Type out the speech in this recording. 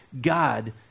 God